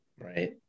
Right